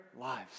lives